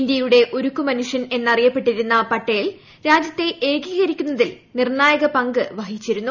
ഇന്ത്യയുടെ ഉരുക്ക് മനുഷ്യൻ എന്നറിയപ്പെട്ടിരുന്ന പട്ടേൽ രാജ്യത്തെ ഏകീകരിക്കു ന്നതിൽ നിർണ്ണായക പങ്ക് വഹിച്ചിരുന്നു